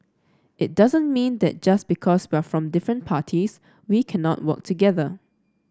it doesn't mean that just because we're from different parties we cannot work together